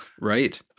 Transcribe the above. Right